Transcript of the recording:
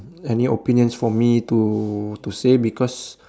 any opinions for me to to say because